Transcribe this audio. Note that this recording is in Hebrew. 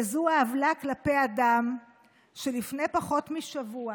וזו העוולה כלפי אדם שלפני פחות משבוע